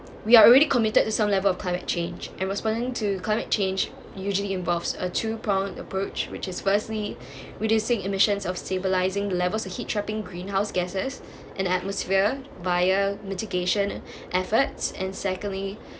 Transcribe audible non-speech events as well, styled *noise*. we are already committed to some level of climate change and was willing to climate change usually involves a two pronged approach which is firstly *breath* reducing emissions of stabilising levels of heat trapping greenhouse gases and atmosphere via mitigation efforts and secondly